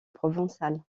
provençal